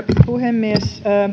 puhemies